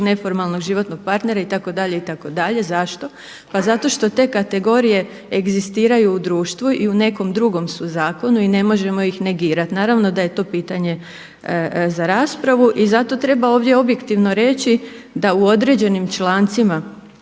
neformalnog životnog partnera itd. itd. Zašto? Pa zato što te kategorije egzistiraju u društvu i u nekom drugom su zakonu i ne možemo ih negirati. Naravno da je to pitanje za raspravu i zato treba ovdje objektivno reći da u određenim člancima